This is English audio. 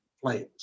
Flames